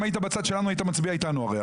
אם היית בצד שלנו היית מצביע איתנו הרי.